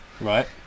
Right